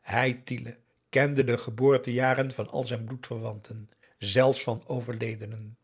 hij tiele kende de geboortejaren van al zijn bloedverwanten zelfs van overledenen